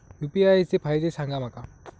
UPI चे फायदे सांगा माका?